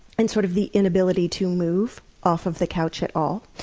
and sort of the inability to move off of the couch at all.